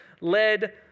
led